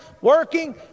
working